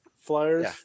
Flyers